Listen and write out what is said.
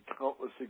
countless